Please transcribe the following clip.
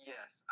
Yes